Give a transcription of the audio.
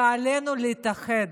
ועלינו להתאחד.